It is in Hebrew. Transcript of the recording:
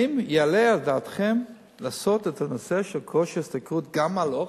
האם יעלה על דעתכם לעשות את הנושא של כושר השתכרות גם על אוכל?